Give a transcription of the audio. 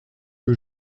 que